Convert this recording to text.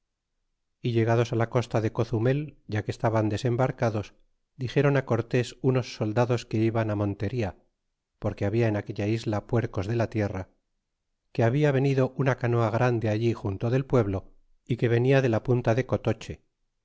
y llegados á la costa de cozutnel ya que estaban desembarcados dixéron á cortés unos soldados que iban á montería porque había en aquella isla puercos de la tierra que habia venido una canoa grande allí junto del pueblo y que venia de la punta de cotoche